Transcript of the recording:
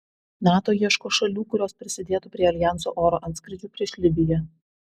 nato ieško šalių kurios prisidėtų prie aljanso oro antskrydžių prieš libiją